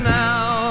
now